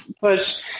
push